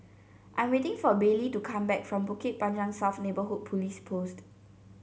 I'm waiting for Baylie to come back from Bukit Panjang South Neighbourhood Police Post